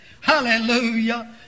Hallelujah